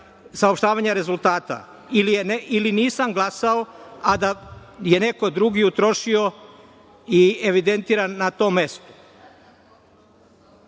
saopštavanja rezultata glasanja ili nisam glasao, a da je neko drugi utrošio i evidentiran na tom mestu.